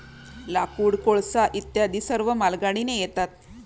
लाकूड, कोळसा इत्यादी सर्व मालगाडीने येतात